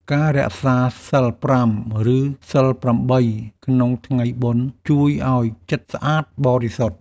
ការរក្សាសីលប្រាំ ឬសីលប្រាំបីក្នុងថ្ងៃបុណ្យ ជួយឱ្យចិត្តស្អាតបរិសុទ្ធ។